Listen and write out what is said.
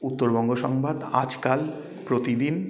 উত্তরবঙ্গ সংবাদ আজকাল প্রতিদিন